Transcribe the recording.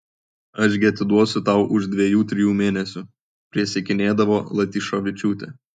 aš gi atiduosiu tau už dviejų trijų mėnesių prisiekdinėjo latyšovičiūtė